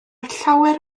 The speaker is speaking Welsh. llawer